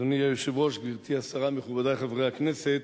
אדוני היושב-ראש, גברתי השרה, מכובדי חברי הכנסת,